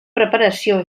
preparació